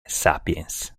sapiens